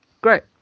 Great